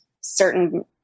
certain